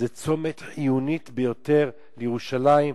זה צומת חיוני ביותר לירושלים,